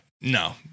No